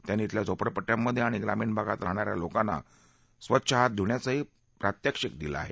त्यांनी ईथल्या झोपडपट्ट्यांमध्ये आणि ग्रामीण भागात राहणाऱ्या लोकांना अगदी स्वच्छ हात ध्रण्याचेही प्रात्याक्षिकं दिली आहेत